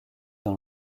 dans